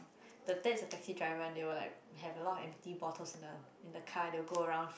the dad is a taxi driver and they will like have a lot of empty bottles in the in the car and they will go around